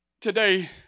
today